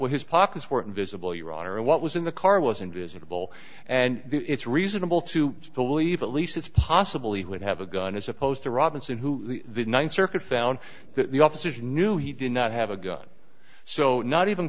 with his pockets weren't visible your honor and what was in the car wasn't visible and it's reasonable to believe at least it's possible he would have a gun as opposed to robinson who the th circuit found the officers knew he did not have a gun so not even